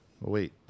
wait